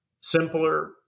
simpler